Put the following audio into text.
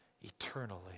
eternally